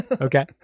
okay